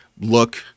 look